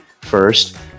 first